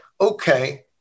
okay